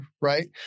right